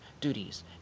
duties